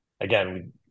again